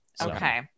Okay